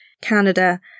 Canada